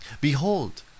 Behold